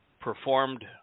performed